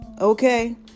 okay